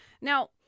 Now